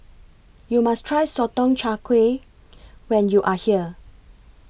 YOU must Try Sotong Char Kway when YOU Are here